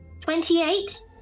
twenty-eight